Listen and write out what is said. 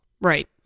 Right